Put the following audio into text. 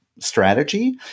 strategy